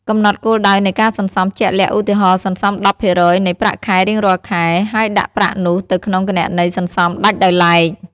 កំណត់គោលដៅនៃការសន្សំជាក់លាក់ ឧទាហរណ៍ សន្សំ ១០% នៃប្រាក់ខែរៀងរាល់ខែ ហើយដាក់ប្រាក់នោះទៅក្នុងគណនីសន្សំដាច់ដោយឡែក។